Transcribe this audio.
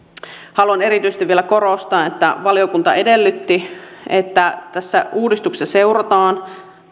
haluan erityisesti vielä korostaa että valiokunta edellytti että tässä uudistuksessa seurataan